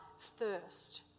thirst